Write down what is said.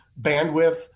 bandwidth